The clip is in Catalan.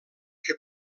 que